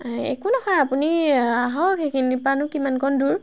এই একো নহয় আপুনি আহক সেইখিনিৰ পৰানো কিমানকণ দূৰ